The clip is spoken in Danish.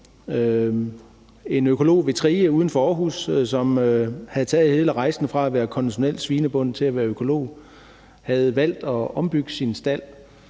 en økolog ved Trige uden for Aarhus, som havde taget hele rejsen fra at være konventionel svinebonde til at være økolog, havde valgt at ombygge sin stald